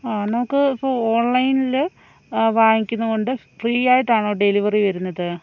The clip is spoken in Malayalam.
ആ നമുക്ക് ഇപ്പോൾ ഓൺലൈനിൽ അ വാങ്ങിക്കുന്നത് കൊണ്ട് ഫ്രീ ആയിട്ടാണോ ഡെലിവറി വരുന്നത്